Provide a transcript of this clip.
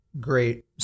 great